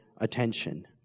attention